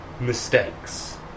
Mistakes